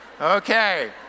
Okay